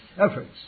efforts